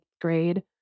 grade